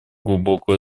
глубокую